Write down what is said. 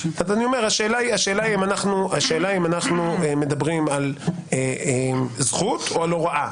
השאלה היא אם אנחנו מדברים על זכות או על הוראה.